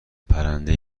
پرنده